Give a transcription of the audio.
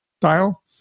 dial